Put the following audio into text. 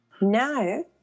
No